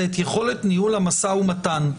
זה את יכולת ניהול המשא ומתן.